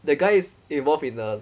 the guy is involved in a